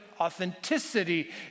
authenticity